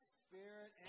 spirit